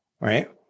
right